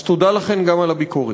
אז תודה לכם גם על הביקורת.